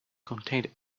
contained